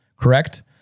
Correct